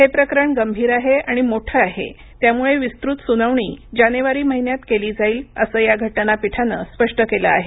हे प्रकरण गंभीर आहे आणि मोठ आहे त्यामुळे विस्तृत सुनावणी जानेवारी महिन्यात केली जाईल असं या घटनापीठनंस्पष्ट केलं आहे